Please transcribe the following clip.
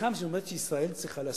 מוסכם שבאמת ישראל צריכה להסכים.